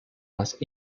más